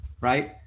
right